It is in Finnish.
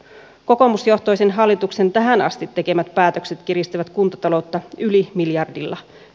kokoomusjohtoisen hallituksen tähän asti tekemät päätökset kiristävät kuntataloutta yli miljardilla